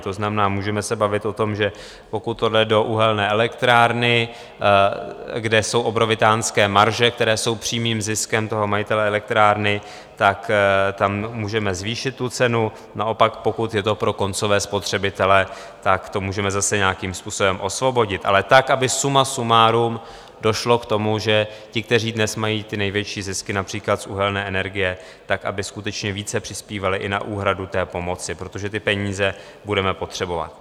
To znamená, můžeme se bavit o tom, že pokud to jde do uhelné elektrárny, kde jsou obrovitánské marže, které jsou přímým ziskem majitele elektrárny, tak tam můžeme zvýšit cenu, naopak pokud je to pro koncové spotřebitele, tak to můžeme zase nějakým způsobem osvobodit, ale tak, aby suma sumárum došlo k tomu, že ti, kteří dnes mají ty největší zisky, například z uhelné energie, aby skutečně více přispívali i na úhradu pomoci, protože ty peníze budeme potřebovat.